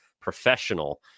professional